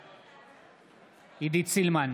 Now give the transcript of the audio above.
בעד עידית סילמן,